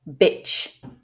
bitch